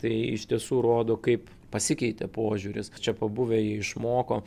tai iš tiesų rodo kaip pasikeitė požiūris čia pabuvę jie išmoko